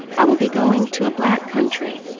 i will be going to a black country,